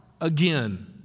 again